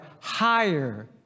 higher